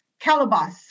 Calabas